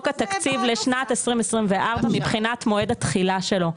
התקציב לשנת 2024 מבחינת מועד התחילה שלו.